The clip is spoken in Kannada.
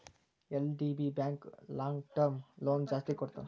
ಎಲ್.ಡಿ.ಬಿ ಬ್ಯಾಂಕು ಲಾಂಗ್ಟರ್ಮ್ ಲೋನ್ ಜಾಸ್ತಿ ಕೊಡ್ತಾರ